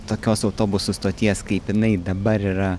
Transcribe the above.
tokios autobusų stoties kaip jinai dabar yra